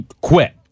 quit